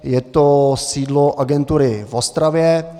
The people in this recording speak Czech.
Je to sídlo agentury v Ostravě.